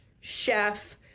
chef